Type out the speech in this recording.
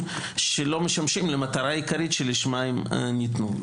שלא משמשים למטרה העיקרית שלשמה הם ניתנו.